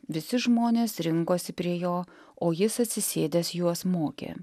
visi žmonės rinkosi prie jo o jis atsisėdęs juos mokė